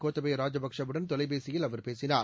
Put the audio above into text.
கோத்தபய ராஜபக்சேவுடன் தொலைபேசியில் அவர் பேசினார்